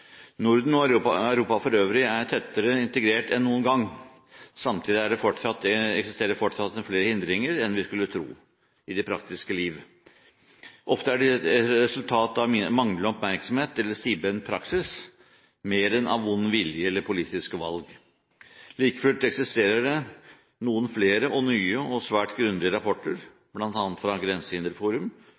Norden. Norden og Europa for øvrig er tettere integrert enn noen gang. Samtidig eksisterer det fortsatt flere hindringer i det praktiske liv enn vi skulle tro. Ofte er det mer et resultat av manglende oppmerksomhet eller av stivbent praksis enn av vond vilje eller av politiske valg. Like fullt eksisterer det noen flere – nye og svært grundige – rapporter, bl.a. fra